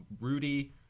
Rudy